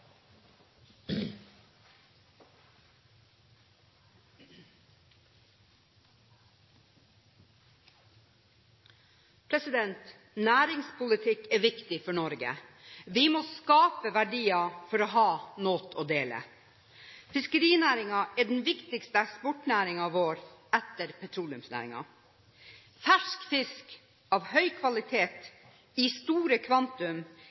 tilslutning. Næringspolitikk er viktig for Norge. Vi må skape verdier for å ha noe å dele. Fiskerinæringen er den viktigste eksportnæringen vår etter petroleumsnæringen. Fersk fisk av høy kvalitet i store